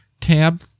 tab